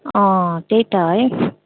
अँ त्यही त है